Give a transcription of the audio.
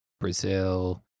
Brazil